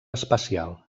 espacial